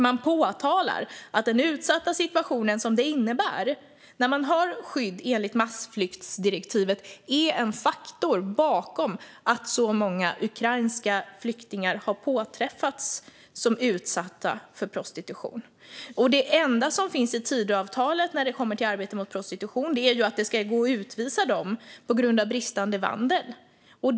Man påtalar att den utsatta situation som det innebär att ha skydd enligt massflyktsdirektivet är en faktor bakom att man har påträffat så många ukrainska flyktingar som är utsatta för prostitution. Det enda som finns i Tidöavtalet när det kommer till arbete mot prostitution är att det ska gå att utvisa människor på grund av bristande vandel.